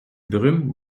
brume